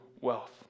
wealth